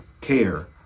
care